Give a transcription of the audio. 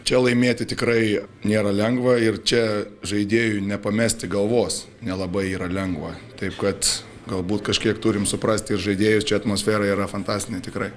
čia laimėti tikrai nėra lengva ir čia žaidėjui nepamesti galvos nelabai yra lengva taip kad galbūt kažkiek turim suprasti ir žaidėjus čia atmosfera yra fantastinė tikrai